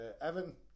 Evan